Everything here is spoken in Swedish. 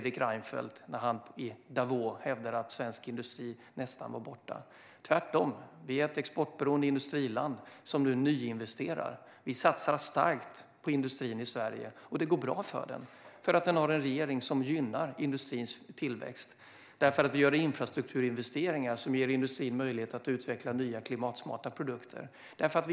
Men det är inte som Fredrik Reinfeldt hävdade, att svensk industri är nästan borta. Tvärtom är vi ett exportberoende industriland som nu nyinvesterar. Vi satsar starkt på industrin i Sverige, och det går bra för den - för att den har en regering som gynnar dess tillväxt. Vi gör nämligen infrastrukturinvesteringar som ger industrin möjlighet att utveckla nya, klimatsmarta produkter.